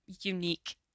unique